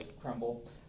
crumble